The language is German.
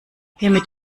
hiermit